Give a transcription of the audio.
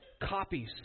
copies